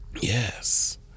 Yes